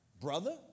Brother